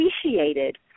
appreciated